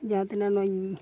ᱡᱟᱦᱟᱸ ᱛᱤᱱᱟᱹᱜ ᱱᱚᱜᱼᱚᱭ